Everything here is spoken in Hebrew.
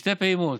בשתי פעימות.